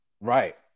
Right